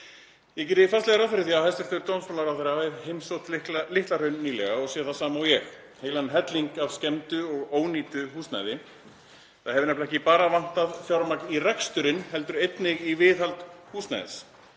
Ég geri fastlega ráð fyrir því að hæstv. dómsmálaráðherra hafi heimsótt Litla-Hraun nýlega og séð það sama og ég; heilan helling af skemmdu og ónýtu húsnæði. Það hefur nefnilega ekki bara vantað fjármagn í reksturinn heldur einnig í viðhald húsnæðis,